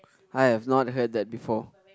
I have not heard that before